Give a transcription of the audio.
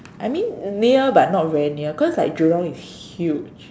I mean near but not very near cause like Jurong is huge